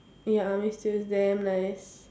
ya army stew is damn nice